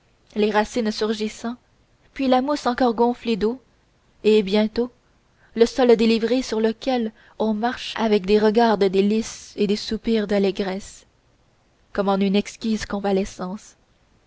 les racines surgissant puis la mousse encore gonflée d'eau et bientôt le sol délivré sur lequel on marche avec des regards de délice et des soupirs d'allégresse comme en une exquise convalescence